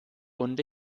und